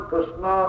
Krishna